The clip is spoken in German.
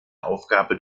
aufgabe